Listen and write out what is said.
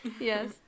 Yes